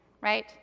Right